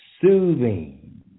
Soothing